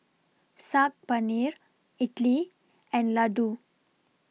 Saag Paneer Idili and Ladoo